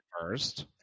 first